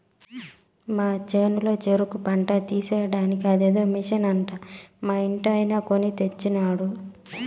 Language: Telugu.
మా చేనులో చెరుకు పంట తీసేదానికి అదేదో మిషన్ అంట మా ఇంటాయన కొన్ని తెచ్చినాడు